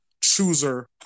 chooser